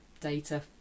data